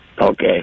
Okay